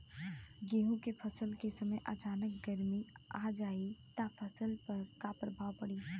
गेहुँ के फसल के समय अचानक गर्मी आ जाई त फसल पर का प्रभाव पड़ी?